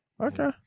Okay